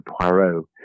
Poirot